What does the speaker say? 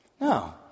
No